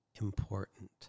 important